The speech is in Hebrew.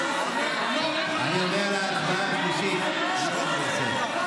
אני עובר להצבעה השלישית,